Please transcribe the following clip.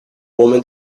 woman